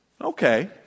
Okay